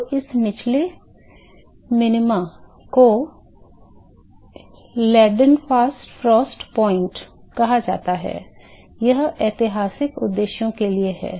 तो इस निचले मिनीमा को लीडेनफ्रॉस्ट पॉइंट कहा जाता है यह ऐतिहासिक उद्देश्यों के लिए है